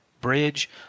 bridge